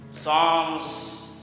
Psalms